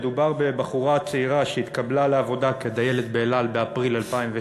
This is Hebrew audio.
מדובר בבחורה צעירה שהתקבלה לעבודה כדיילת ב"אל על" באפריל 2013,